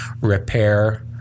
repair